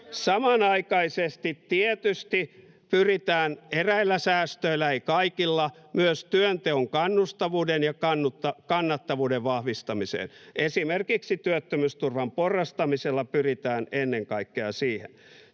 Samanaikaisesti tietysti pyritään eräillä säästöillä, ei kaikilla, myös työnteon kannustavuuden ja kannattavuuden vahvistamiseen. Esimerkiksi työttömyysturvan porrastamisella pyritään ennen kaikkea siihen.